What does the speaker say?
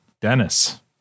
Dennis